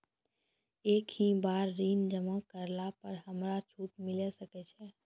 एक ही बार ऋण जमा करला पर हमरा छूट मिले सकय छै?